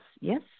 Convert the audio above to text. yes